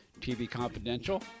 tvconfidential